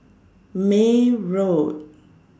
May Road